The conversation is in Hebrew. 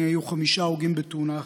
היו חמישה הרוגים בתאונה אחת.